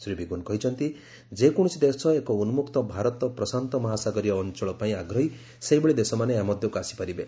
Shri Biegun କହିଛନ୍ତି ଯେକୌଣସି ଦେଶ ଏକ ଉନ୍କକ୍ତ ଭାରତ ପ୍ରଶାନ୍ତ ମହାସାଗରୀୟ ଅଞ୍ଚଳ ପାଇଁ ଆଗ୍ରୀ ସେଭଳି ଦେଶମାନେ ଏହାମଧ୍ୟକୁ ଆସିପାରିବେ